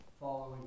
Following